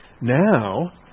Now